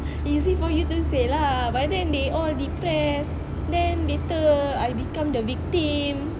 easy for you to say lah but then they all depressed then later I become the victim